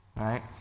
right